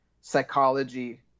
psychology